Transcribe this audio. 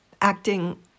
acting